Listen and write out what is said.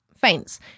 faints